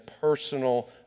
personal